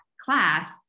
class